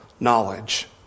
Knowledge